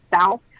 south